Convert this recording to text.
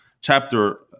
chapter